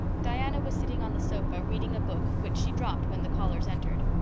diana was sitting on the sofa, reading a book which she dropped when the callers entered.